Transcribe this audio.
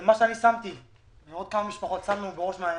מה שאני ועוד כמה משפחות שמנו בראש מעיינינו,